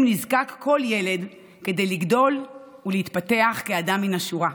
נזקק כל ילד כדי לגדול ולהתפתח כאדם מהשורה.